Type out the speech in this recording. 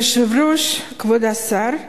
כבוד היושב-ראש, כבוד השר,